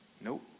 Nope